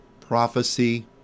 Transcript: prophecy